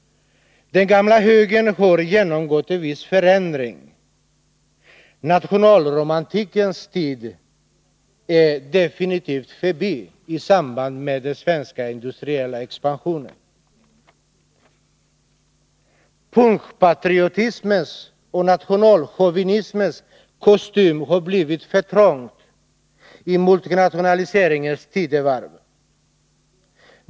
Den gamla högern har genomgått en viss förändring. Nationalromantiken under den svenska industriella expansionen är definitivt förbi. Punschpatriotismens och nationalchauvinismens kostym har blivit för trång i rationaliseringens tidevarv.